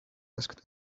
asked